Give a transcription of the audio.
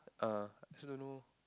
err I also don't know